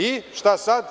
I, šta sad?